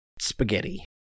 spaghetti